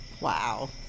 Wow